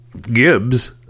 Gibbs